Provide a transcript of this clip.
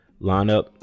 lineup